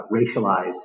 racialize